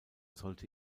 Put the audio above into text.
sollte